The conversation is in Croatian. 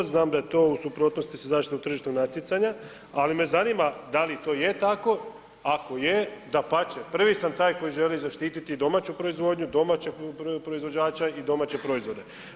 Znam da je to u suprotnosti sa zaštitom tržišnog natjecanja, ali me zanima da li to je tako, ako je dapače prvi sam taj koji želi zaštiti domaću proizvodnju, domaćeg proizvođača i domaće proizvode.